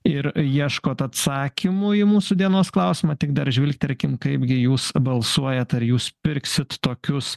ir ieškot atsakymų į mūsų dienos klausimą tik dar žvilgtelėkim kaipgi jūs balsuojat ar jūs pirksit tokius